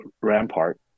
rampart